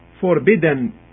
forbidden